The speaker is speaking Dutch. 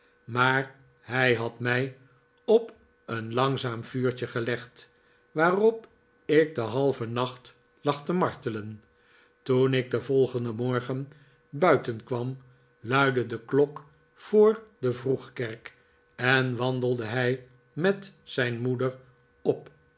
maar hij had mij op een langzaam vuurtje gelegd waarop ik den halven nacht lag te martelen toen ik den volgenden morgen buiten kwam luidde de klok voor de vroegkerk en wandelde hij met zijn moeder op